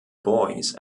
boys